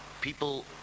people